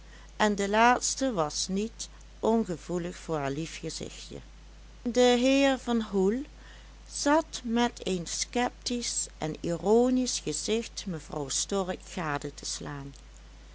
en de laatste was niet ongevoelig voor haar lief gezichtje de heer van hoel zat met een sceptisch en ironisch gezicht mevrouw stork gade te slaan